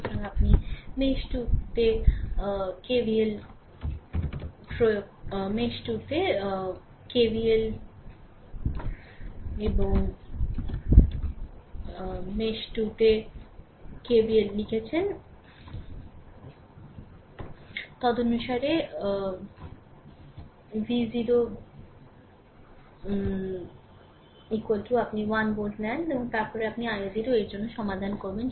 সুতরাং আপনি mesh 2 KVL এবং লিখেছেন এবং তদনুসারে এবং v0 আপনি 1 ভোল্ট নেন এবং তার পরে আপনি i0 এর জন্য সমাধান করবেন